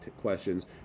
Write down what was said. questions